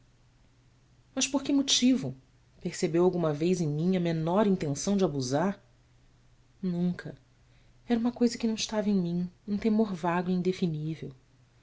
por que motivo percebeu alguma vez em mim a menor intenção de abusar unca ra uma coisa que não estava em mim um temor vago e indefinível